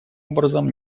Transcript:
образом